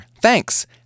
Thanks